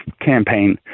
campaign